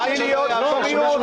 תתרגלי להיות במיעוט.